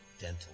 dental